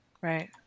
right